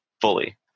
fully